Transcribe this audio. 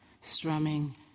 strumming